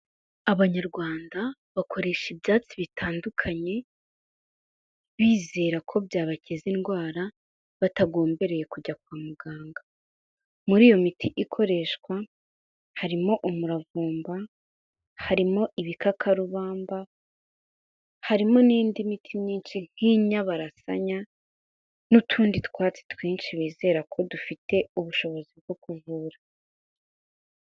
Abanyarwanda bakoresha ibyatsi bitandukanye, bizera ko byabakiza indwara batagombereye kujya kwa muganga, muri iyo miti ikoreshwa, harimo umuravumba, harimo ibikakarubamba, harimo n'indi miti myinshi nk'inyabarasanya n'utundi twatsi twinshi bizera ko dufite ubushobozi bwo kuvura.